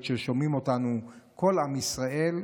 היות ששומעים אותנו כל עם ישראל,